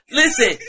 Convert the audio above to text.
listen